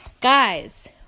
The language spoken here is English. Guys